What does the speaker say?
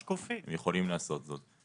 הם יכולים לעשות זאת.